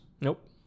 Nope